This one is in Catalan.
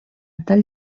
tall